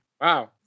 Wow